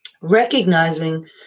recognizing